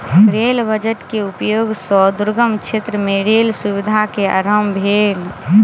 rail budget के उपयोग सॅ दुर्गम क्षेत्र मे रेल सुविधा के आरम्भ भेल